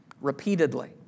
repeatedly